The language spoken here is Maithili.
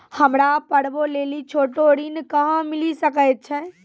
हमरा पर्वो लेली छोटो ऋण कहां मिली सकै छै?